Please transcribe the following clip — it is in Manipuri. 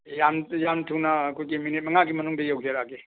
ꯌꯥꯝ ꯌꯥꯝꯊꯨꯅ ꯑꯩꯈꯣꯏꯒꯤ ꯃꯤꯅꯤꯠ ꯃꯉꯥꯒꯤ ꯃꯅꯨꯡꯗ ꯌꯧꯖꯔꯛꯑꯒꯦ